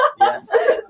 Yes